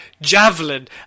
Javelin